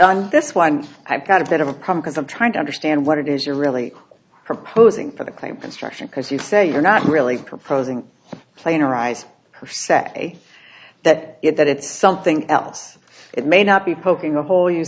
on this wind i've got a bit of a compass i'm trying to understand what it is you're really proposing for the claim construction because you say you're not really proposing a plane arise say that it that it's something else it may not be poking a hole you